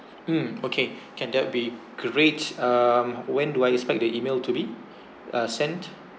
mm okay can that'll be great um when do I expect the email to be uh sent